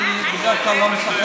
אני בדרך כלל לא משחק.